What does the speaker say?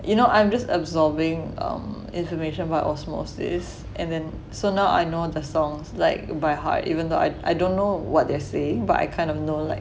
you know I'm just absorbing information by osmosis and then so now I know the songs like by heart even though I I don't know what they say but I kind of know like